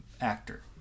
actor